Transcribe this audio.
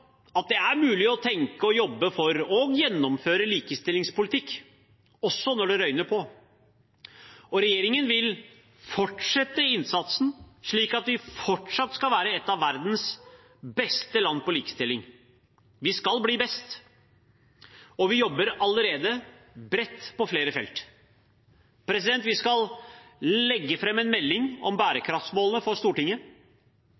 at det er mulig å tenke, å jobbe for og å gjennomføre likestillingspolitikk – også når det røyner på. Regjeringen vil fortsette innsatsen slik at vi fortsatt skal være et av verdens beste land på likestilling. Vi skal bli best. Vi jobber allerede bredt på flere felt: Vi skal legge fram en melding om